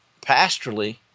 pastorally